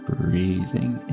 Breathing